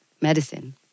medicine